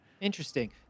Interesting